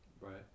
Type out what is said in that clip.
Right